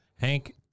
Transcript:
Hank